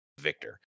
Victor